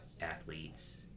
athletes